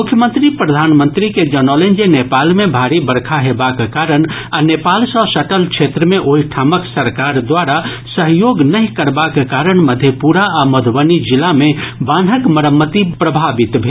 मुख्यमंत्री प्रधानमंत्री के जनौलनि जे नेपाल मे भारी बरखा हेबाक कारण आ नेपाल सॅ सटल क्षेत्र मे ओहि ठामक सरकार द्वारा सहयोग नहि करबाक कारण मधेपुरा आ मधुबनी जिला मे बान्हक मरम्मति प्रभावित भेल